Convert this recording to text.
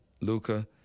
Luca